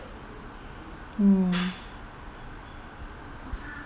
mm